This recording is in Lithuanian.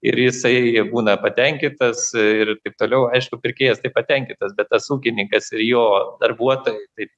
ir jisai būna patenkintas ir taip toliau aišku pirkėjas tai patenkintas bet tas ūkininkas ir jo darbuotojai taip